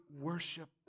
worship